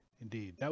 Indeed